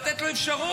לתת לו אפשרות,